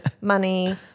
money